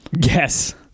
Yes